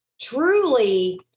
truly